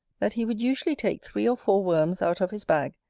that he would usually take three or four worms out of his bag,